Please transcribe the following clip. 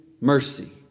mercy